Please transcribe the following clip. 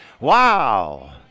Wow